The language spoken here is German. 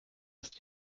ist